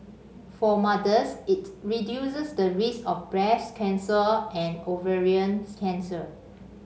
for mothers it reduces the risk of breast cancer and ovarian cancer